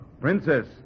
Princess